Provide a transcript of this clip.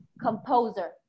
composer